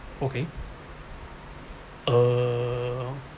okay err